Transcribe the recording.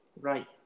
Right